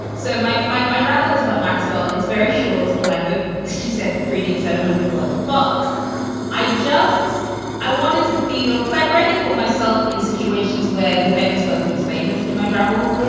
so my my my drabble is about maxwell. it's very short. well, i hope you said reading seven hundred words, but i just i wanted to feel like really put myself in situations where the famous person is famous in my travels.